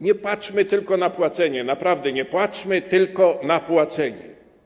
Nie patrzmy tylko na płacenie, naprawdę nie patrzmy tylko na płacenie.